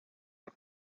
are